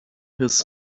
his